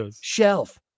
shelf